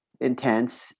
intense